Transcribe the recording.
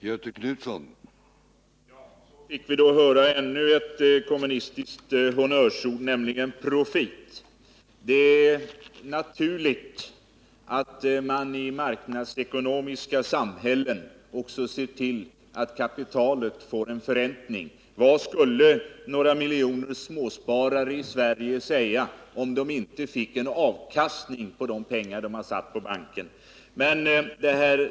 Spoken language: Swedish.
Herr talman! Ja, så fick vi då höra ännu ett kommunistiskt honnörsord, nämligen profit. Det är naturligt att man i marknadsekonomiska samhällen också ser till att kapitalet får en förräntning. Vad skulle några miljoner småsparare i Sverige säga, om de inte finge någon avkastning på de pengar de satt in på banken?